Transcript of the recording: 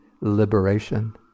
liberation